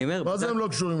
מה זה הם לא קשורים,